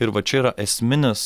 ir va čia yra esminis